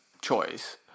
choice